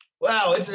Wow